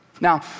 Now